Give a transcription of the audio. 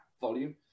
volume